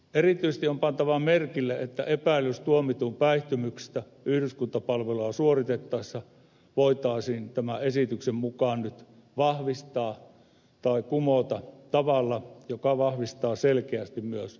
erityisesti on pantava merkille että epäilys tuomitun päihtymyksestä yhdyskuntapalvelua suoritettaessa voitaisiin tämän esityksen mukaan nyt vahvistaa tai kumota tavalla joka vahvistaa selkeästi myös oikeusturvaa